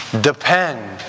Depend